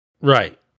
Right